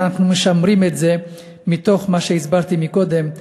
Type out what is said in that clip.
אנחנו משמרים את זה מתוך מה שהסברתי קודם.